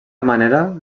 manera